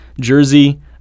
Jersey